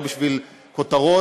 לא בשביל כותרות.